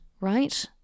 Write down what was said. right